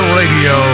radio